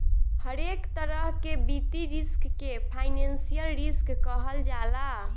हरेक तरह के वित्तीय रिस्क के फाइनेंशियल रिस्क कहल जाला